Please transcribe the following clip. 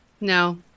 No